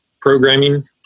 programming